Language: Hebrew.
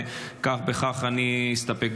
ובכך אני אסתפק,